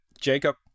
Jacob